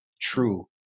true